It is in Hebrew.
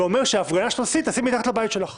ואומר שאת ההפגנה תעשי מתחת לבית שלך.